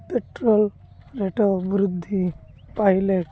petrol rate ବୃଦ୍ଧି ପାଇଲେ